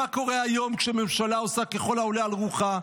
מה קורה היום כשממשלה עושה ככל העולה על רוחה?